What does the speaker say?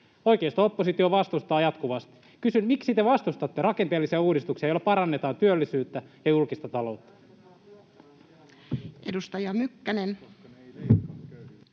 oikeisto-oppositio vastustaa jatkuvasti. Kysyn: miksi te vastustatte rakenteellisia uudistuksia, joilla parannetaan työllisyyttä ja julkista taloutta?